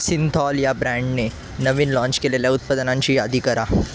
Cinthol या ब्रँडने नवीन लाँच केलेल्या उत्पादनांची यादी करा